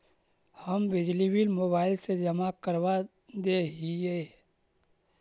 हम बिजली bill mobile से जमा करवा देहियै?